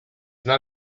not